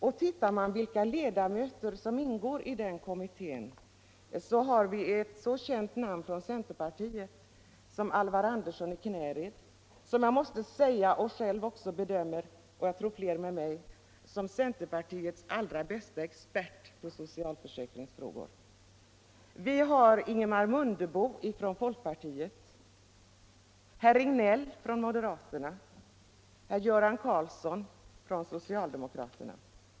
Ser man efter vilka ledamöter som ingår i denna kommitté, finner man ett så känt namn från centerpartiet som Alvar Andersson i Knäred, som jag måste säga att jag själv, och flera med mig, bedömer som centerpartiets allra bäste expert på socialförsäkringsfrågor. Vi har Ingemar Mundebo från folkpartiet, vi har Carl Göran Regnéll från moderaterna och vi har Göran Karlsson i Huskvarna från socialdemokraterna.